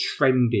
trendy